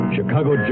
Chicago